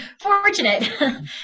fortunate